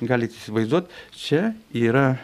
galit įsivaizduot čia yra